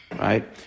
right